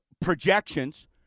projections